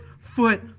foot